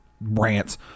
rants